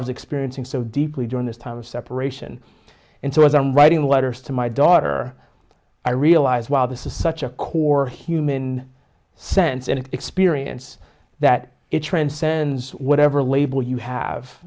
was experiencing so deeply during this time separation and so as i'm writing letters to my daughter i realize while this is such a core human sense and an experience that it transcends whatever label you have